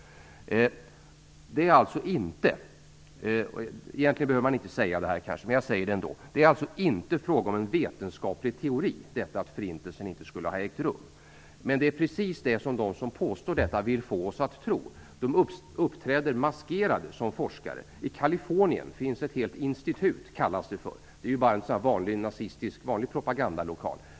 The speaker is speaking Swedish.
Egentligen behöver man inte säga detta, men jag gör det ändå. Att förintelsen inte skulle ha ägt rum är inte fråga om en vetenskaplig teori. Men det är precis vad de som påstår detta vill få oss att tro. De uppträder maskerade till forskare. I Kalifornien finns ett helt institut. Det kallas så, fast det bara är en helt vanlig nazistisk propagandalokal.